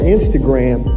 Instagram